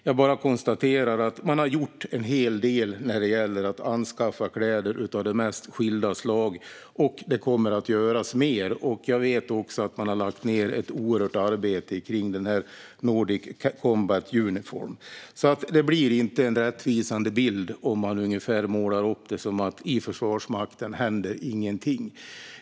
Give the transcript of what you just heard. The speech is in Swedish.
Jag bara konstaterar att man har gjort en hel del när det gäller att anskaffa kläder av de mest skilda slag och att det kommer att göras mer. Jag vet också att man har lagt ned ett oerhört arbete kring Nordic Combat Uniform. Man målar alltså inte upp en rättvisande bild om man säger att det inte händer någonting i Försvarsmakten.